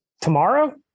Tomorrow